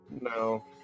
No